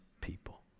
people